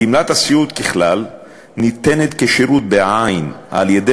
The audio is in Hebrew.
גמלת הסיעוד ככלל ניתנת כשירות בעין על-ידי